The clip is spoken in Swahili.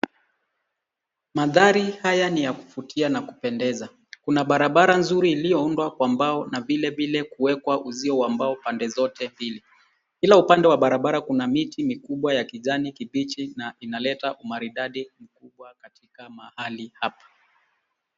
Mandhari haya ni ya kuvutia na kupendeza. Kuna barabara nzuri iliyoundwa kwa mbao na vilevile kuwekwa uzio wa mbao pande zote mbili. Kila upande wa barabara kuna miti mikubwa ya kijani kibichi na inaleta umaridadi mkubwa katika mahali hapa.